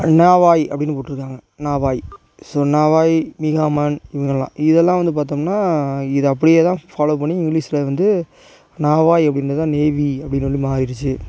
நாவாய் அப்படின்னு போட்டுருக்காங்க நாவாய் ஸோ நாவாய் நிகாமன் இதுங்கெல்லாம் இதெல்லாம் வந்து பார்த்தோம்னா இது அப்படியே தான் ஃபாலோவ் பண்ணி இங்கிலீஷில் வந்து நாவாய் அப்படின்றது தான் நேவி அப்படின்னு வந்து மாறிடுச்சு